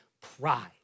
pride